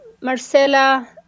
Marcella